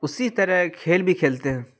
اسی طرح کھیل بھی کھیلتے ہیں